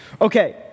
Okay